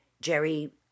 Jerry